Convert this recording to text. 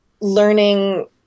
learning